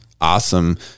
awesome